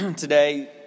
today